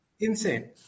Insane